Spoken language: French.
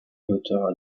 l’auteur